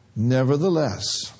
Nevertheless